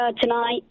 tonight